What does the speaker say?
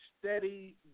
Steady